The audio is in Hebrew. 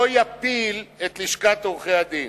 לא יפיל את לשכת עורכי-הדין.